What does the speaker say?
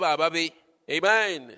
Amen